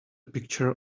picture